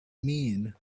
mean